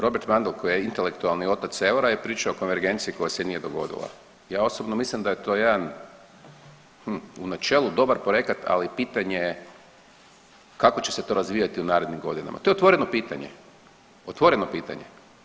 Robert Mundell koji je intelektualni otac eura je pričao o konvergenciji koja se nije dogodila, ja osobno mislim da je to jedan hm u načelu dobar projekat, ali pitanje je kako će se to razvijati u narednim godinama, to je otvoreno pitanje, otvoreno pitanje.